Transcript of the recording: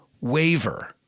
waver